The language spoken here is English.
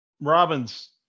Robin's